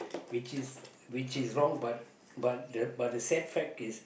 which is which is wrong but but the but the sad fact is